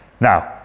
Now